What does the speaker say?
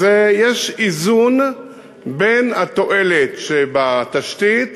אז יש איזון בין התועלת שבתשתית